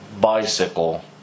bicycle